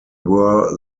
were